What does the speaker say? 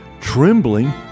trembling